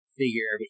figure